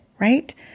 right